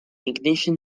ignition